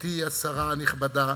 גברתי השרה הנכבדה,